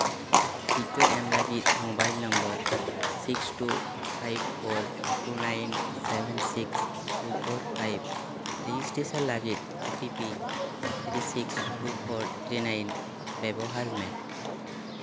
ᱴᱤᱠᱟᱹ ᱮᱢ ᱞᱟᱹᱜᱤᱫ mobile number six two five four two nine seven six two four five registration ᱞᱟᱹᱜᱤᱫ O T P three six two four three nine ᱵᱮᱵᱚᱦᱟᱨ ᱢᱮ